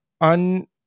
on